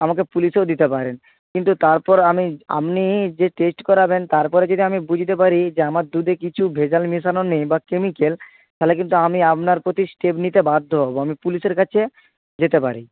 আমাকে পুলিশেও দিতে পারেন কিন্তু তারপর আমি আপনি যে টেস্ট করাবেন তারপরে যদি আমি বুঝতে পারি যে আমার দুধে কিছু ভেজাল মেশানো নেই বা কেমিক্যাল তাহলে কিন্তু আমি আপনার প্রতি স্টেপ নিতে বাধ্য হব আমি পুলিশের কাছে যেতে পারি